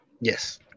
Yes